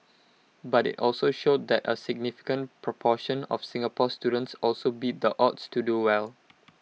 but IT also showed that A significant proportion of Singapore students also beat the odds to do well